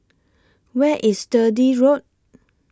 Where IS Sturdee Road